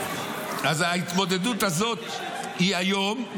אז ההתמודדות הזאת היא היום,